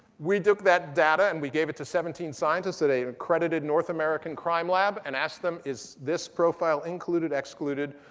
we took that data and we gave it to seventeen scientists at a accredited north american crime lab and asked them, is this profile included, excluded,